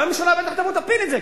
והממשלה בטח תבוא ותפיל את זה,